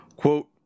Quote